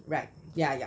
right yeah yeah yeah